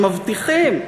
הם מבטיחים,